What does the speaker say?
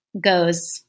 goes